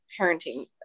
parenting